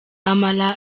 amara